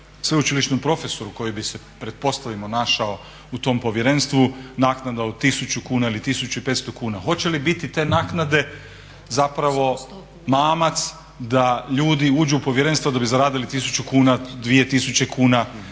sveučilišnom profesoru koji bi se pretpostavimo našao u tom povjerenstvu naknada od 1000 kuna ili 1500 kuna? Hoće li biti te naknade zapravo mamac da ljudi uđu u Povjerenstvo da bi zaradili 1000 kuna, 2000 kuna.